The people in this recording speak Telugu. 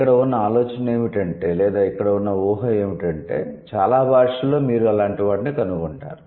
ఇక్కడ ఉన్న ఆలోచన ఏమిటంటే లేదా ఇక్కడ ఉన్న ఊహ ఏమిటంటే చాలా భాషలలో మీరు అలాంటి వాటిని కనుగొంటారు